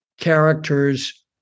characters